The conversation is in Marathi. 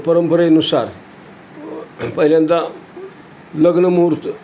परंपरेनुसार पहिल्यांदा लग्नमुहूर्त